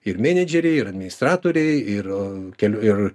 ir menedžeriai ir administratoriai ir kelių ir